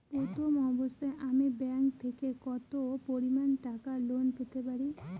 প্রথম অবস্থায় আমি ব্যাংক থেকে কত পরিমান টাকা লোন পেতে পারি?